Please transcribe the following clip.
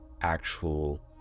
actual